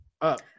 up